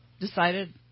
decided